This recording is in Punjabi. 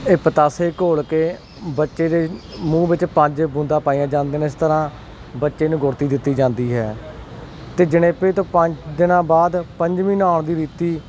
ਇਹ ਪਤਾਸੇ ਘੋਲ ਕੇ ਬੱਚੇ ਦੇ ਮੂੰਹ ਵਿੱਚ ਪੰਜ ਬੂੰਦਾਂ ਪਾਈਆਂ ਜਾਂਦੀਆਂ ਨੇ ਇਸ ਤਰ੍ਹਾਂ ਬੱਚੇ ਨੂੰ ਗੁੜ੍ਹਤੀ ਦਿੱਤੀ ਜਾਂਦੀ ਹੈ ਅਤੇ ਜਣੇਪੇ ਤੋਂ ਪੰਜ ਦਿਨਾਂ ਬਾਅਦ ਪੰਜਵੀਂ ਨਹਾਉਣ ਦੀ ਰੀਤੀ